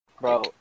Bro